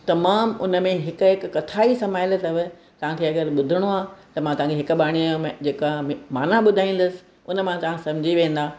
तमामु उन में हिकु हिकु कथा ई समायल अथव तव्हांखे अॻरि ॿुधणो आहे त मां तव्हांखे हिक बाणीअ में जेका बि माना ॿुधाईंदसि हुन मां तव्हां सम्झी वेंदा